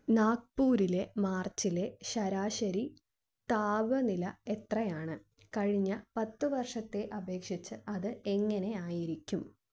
നാഗ്പൂരിലെ മാർച്ചിലെ ശരാശരി താപനില എത്രയാണ് കഴിഞ്ഞ പത്തുവർഷത്തെ അപേക്ഷിച്ച് അത് എങ്ങനെയായിരിക്കും